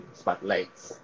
spotlights